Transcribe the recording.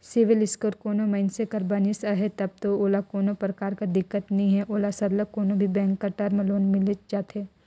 CIBIL score कोनो मइनसे कर बनिस अहे तब दो ओला कोनो परकार कर दिक्कत नी हे ओला सरलग कोनो भी बेंक कर टर्म लोन मिलिच जाथे